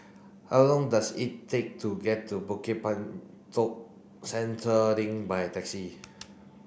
how long does it take to get to Bukit Batok Central Link by taxi